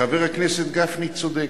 חבר הכנסת גפני צודק.